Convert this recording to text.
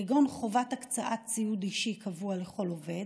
כגון חובת הקצאת ציוד אישי קבוע לכל עובד,